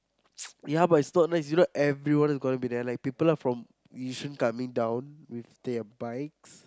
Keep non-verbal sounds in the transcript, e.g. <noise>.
<noise> yeah but it's not nice you know everyone is going to be there like people are from Yishun coming down with their bikes